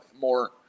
more